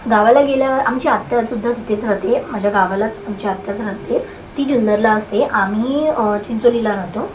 गावाला गेल्यावर आमची आत्यासुद्धा तिथेच राहते माझ्या गावालाच आमची आत्याच राहते ती जुन्नरला असते आम्ही चिंचोलीला राहतो